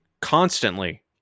Constantly